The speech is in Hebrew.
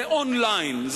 זה און-ליין,